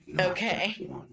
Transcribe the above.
Okay